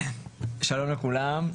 שלום לכולם,